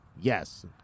yes